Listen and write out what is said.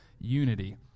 unity